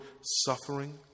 suffering